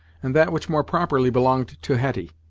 and that which more properly belonged to hetty.